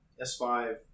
S5